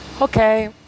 okay